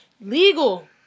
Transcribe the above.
legal